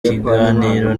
kiganiro